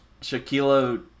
Shaquille